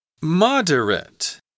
Moderate